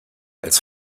als